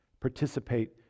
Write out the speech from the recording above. participate